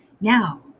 Now